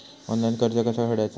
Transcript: Online कर्ज कसा फेडायचा?